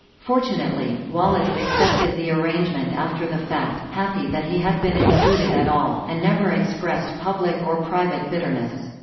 fortunately, wallace accepted the arrangement after the fact, happy that he had been included at all, and never expressed public or private bitterness.